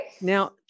Now